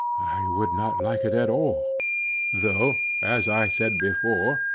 i would not like it at all though, as i said before,